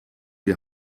die